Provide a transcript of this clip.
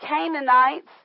Canaanites